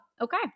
okay